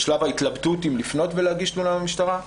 בשלב ההתלבטות אם לפנות ולהגיש תלונה למשטרה,